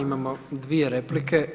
Imamo dvije replike.